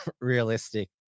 realistic